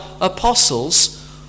apostles